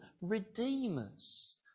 redeemers